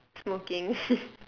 smoking